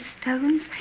stones